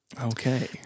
Okay